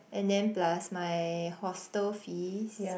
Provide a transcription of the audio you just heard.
and then plus my hostel fees